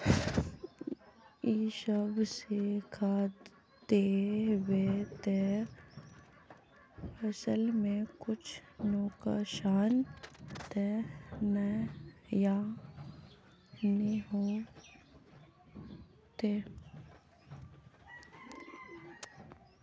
इ सब जे खाद दबे ते फसल में कुछ नुकसान ते नय ने होते